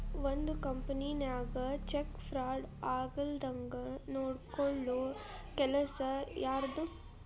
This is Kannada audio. ಒಂದ್ ಕಂಪನಿನ್ಯಾಗ ಚೆಕ್ ಫ್ರಾಡ್ ಆಗ್ಲಾರ್ದಂಗ್ ನೊಡ್ಕೊಲ್ಲೊ ಕೆಲಸಾ ಯಾರ್ದು?